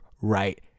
right